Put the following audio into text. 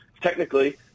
technically